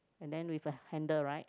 and then with a handle right